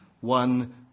one